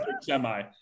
semi